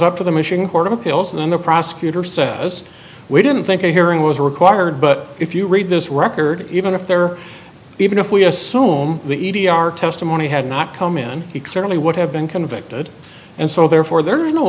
up to the michigan court of appeals and then the prosecutor says we didn't think a hearing was required but if you read this record even if there even if we assume the e t our testimony had not come in he clearly would have been convicted and so therefore there is no